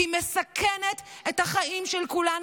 היא מסכנת את החיים של כולנו,